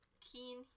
Keen